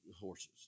horses